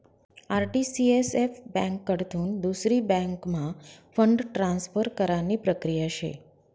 RTCSF ब्यांककडथून दुसरी बँकम्हा फंड ट्रान्सफर करानी प्रक्रिया शे